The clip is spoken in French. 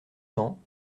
cents